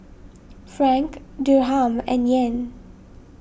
Franc Dirham and Yen